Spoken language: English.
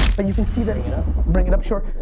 but you can see there bring it up. bring it up? sure.